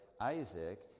Isaac